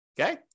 Okay